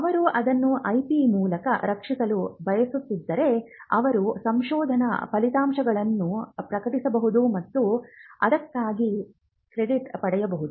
ಅವರು ಅದನ್ನು IP ಮೂಲಕ ರಕ್ಷಿಸಲು ಬಯಸದಿದ್ದರೆ ಅವರು ಸಂಶೋಧನಾ ಫಲಿತಾಂಶಗಳನ್ನು ಪ್ರಕಟಿಸಬಹುದು ಮತ್ತು ಅದಕ್ಕಾಗಿ ಕ್ರೆಡಿಟ್ ಪಡೆಯಬಹುದು